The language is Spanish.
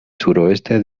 suroeste